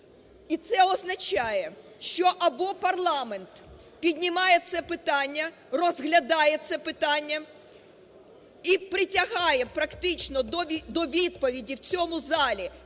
І це означає, що або парламент піднімає це питання, розглядає це питання і притягає практично до відповіді в цьому залі